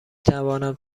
توانم